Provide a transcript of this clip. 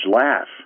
laugh